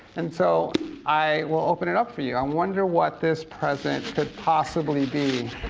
and so i will open it up for you. i wonder what this present could possibly be.